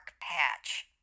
patch